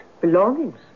Belongings